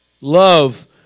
Love